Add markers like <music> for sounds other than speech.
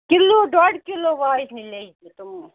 kilo ڈۄڈ kilo <unintelligible> تِم